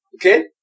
Okay